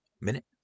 Minute